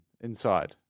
inside